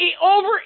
over